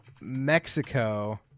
Mexico